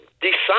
decide